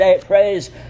praise